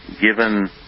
given